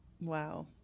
Wow